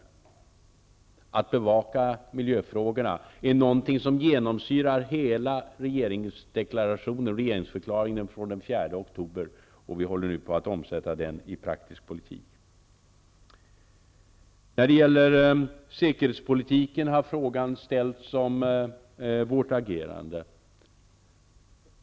Att vi skall bevaka miljöfrågorna genomsyrar hela regeringsförklaringen från den 4 oktober -- vi håller nu på att omsätta den i praktisk politik. Frågan har ställts om vårt agerande när det gäller säkerhetspolitiken.